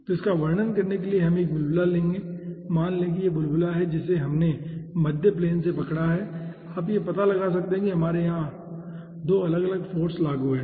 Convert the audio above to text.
तो इसका वर्णन करने के लिए हम एक बुलबुला लेंगे मान लें कि यह बुलबुला है जिसे हमने मध्य प्लेन से पकड़ा है और आप यह पता लगा सकते हैं कि हमारे यहां 2 अलग अलग फाॅर्स लागू हैं